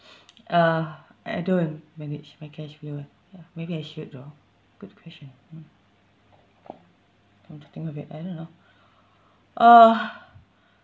uh I don't manage my cash flow ah ya maybe I should though good question mm come to think of it I don't know uh